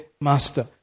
Master